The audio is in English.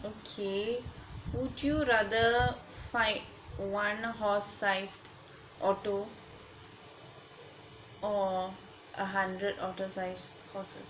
okay would you rather fight one horse sized otter or a hundred otter sized horses